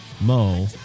mo